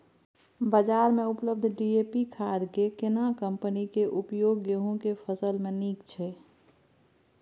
बाजार में उपलब्ध डी.ए.पी खाद के केना कम्पनी के उपयोग गेहूं के फसल में नीक छैय?